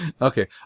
Okay